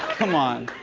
come on.